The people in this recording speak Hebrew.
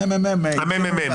הממ"מ.